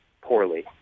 poorly